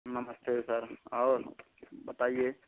नमस्ते सर और बताइए